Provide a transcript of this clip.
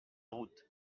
route